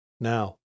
Now